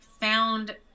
found